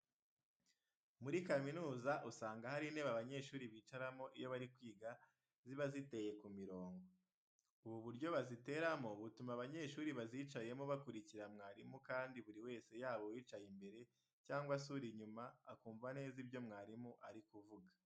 Muri kaminuza usanga hari intebe abanyeshuri bicaramo iyo bari kwiga ziba ziteye ku mirongo. Ubu buryo baziteramo butuma abanyeshuri bazicayemo bakurikira mwarimu kandi buri wese yaba uwicaye imbere cyangwa se uri inyuma akumva neza ibyo mwarimu ari kuvuga.